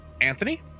Anthony